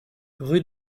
rue